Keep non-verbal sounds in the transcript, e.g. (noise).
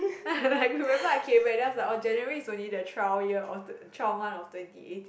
(laughs) I remember I came right then I was like oh oh January is only the trial year of the trial month of twenty eighteen